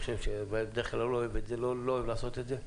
למרות שבדרך כלל אני לא אוהב לעשות את זה,